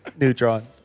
Neutron